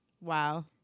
Wow